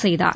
செய்தார்